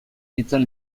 nintzen